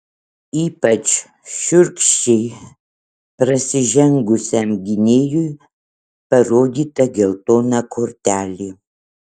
ypač šiurkščiai prasižengusiam gynėjui parodyta geltona kortelė